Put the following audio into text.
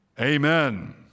Amen